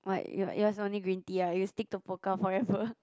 what your yours only green tea ah you stick to Pokka forever